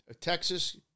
Texas